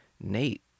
nate